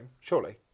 surely